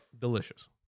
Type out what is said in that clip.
delicious